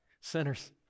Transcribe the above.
Sinners